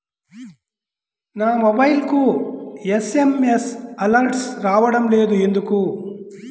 నా మొబైల్కు SMS alerts రావడం లేదు ఎందుకు?